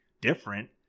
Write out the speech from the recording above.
different